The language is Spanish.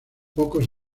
pocos